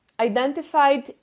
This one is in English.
Identified